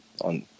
on